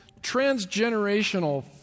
transgenerational